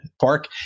Park